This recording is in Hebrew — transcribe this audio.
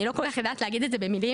אני לא כל כך יודעת להגיד את זה במלים,